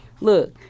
Look